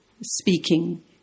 speaking